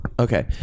Okay